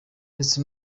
ndetse